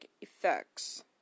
effects